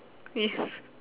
yes